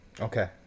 Okay